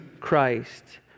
Christ